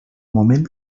moment